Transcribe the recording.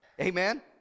Amen